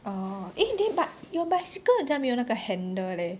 orh eh then but your bicycle 很像没有 handle leh